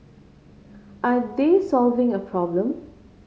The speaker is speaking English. are they solving a problem